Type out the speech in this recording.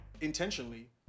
intentionally